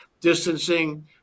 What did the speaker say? distancing